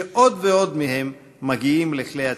שעוד ועוד מהם מגיעים לכלי התקשורת.